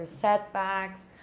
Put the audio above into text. setbacks